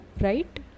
right